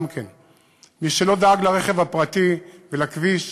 מי שלא דאג לרכב פרטי ולכביש,